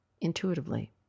intuitively